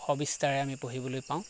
সবিস্তাৰে আমি পঢ়িবলৈ পাওঁ